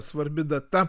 svarbi data